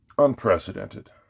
unprecedented